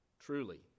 Truly